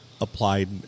applied